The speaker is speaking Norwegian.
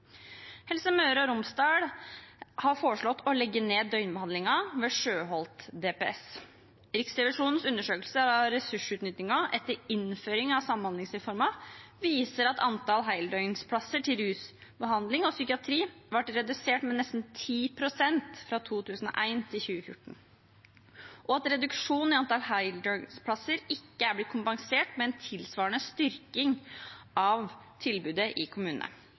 Helse Møre og Romsdal har foreslått å legge ned døgnbehandlingen ved Sjøholt DPS. Riksrevisjonens undersøkelse av ressursutnyttingen etter innføring av samhandlingsreformen viser at antall heldøgnsplasser til rusbehandling og psykiatri ble redusert med nesten 10 pst. fra 2001 til 2014, og at reduksjonen i antall heldøgnsplasser ikke er blitt kompensert med en tilsvarende styrking av tilbudet i kommunene.